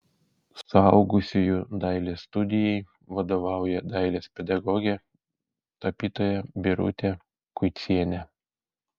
suaugusiųjų dailės studijai vadovauja dailės pedagogė tapytoja birutė kuicienė